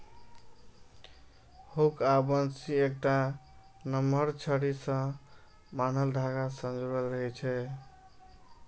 hook या बंसी एकटा नमहर छड़ी सं बान्हल धागा सं जुड़ल होइ छै